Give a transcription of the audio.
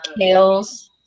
Kales